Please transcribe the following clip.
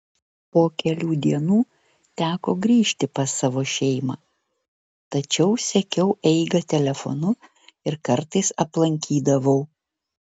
po kelių dienų teko grįžti pas savo šeimą tačiau sekiau eigą telefonu ir kartais aplankydavau